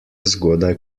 zgodaj